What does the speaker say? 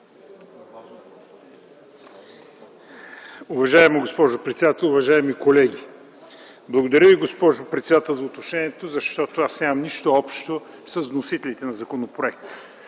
Уважаема госпожо председател, уважаеми колеги! Благодаря Ви, госпожо председател, за уточнението, защото аз нямам нищо общо с вносителите на законопроекта.